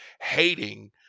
hating